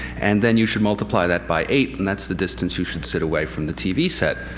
and then you should multiply that by eight and that's the distance you should sit away from the tv set.